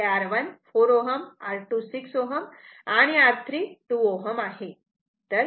इथे R1 4 Ω R2 6 Ω R3 2 Ω आहे